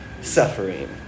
suffering